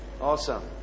Awesome